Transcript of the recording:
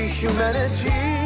humanity